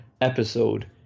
episode